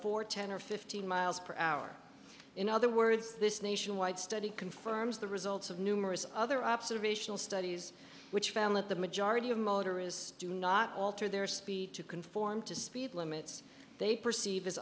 four ten or fifteen miles per hour in other words this nationwide study confirms the results of numerous other observational studies which found that the majority of motorists do not alter their speed to conform to speed limits they perceive is